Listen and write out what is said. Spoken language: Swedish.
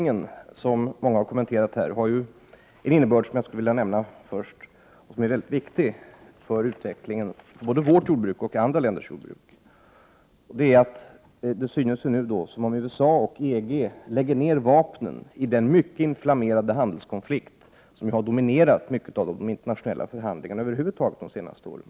Jag vill först ta upp innebörden av GATT-frysningen, som många har kommenterat här och som är mycket viktig för utvecklingen både av vårt lands jordbruk och av andra länders jordbruk. Det synes nu som om både USA och EG lägger ned vapnen i den mycket inflammerade handelskonflikt som har dominerat de internationella förhandlingarna över huvud taget under de senaste åren.